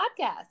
podcast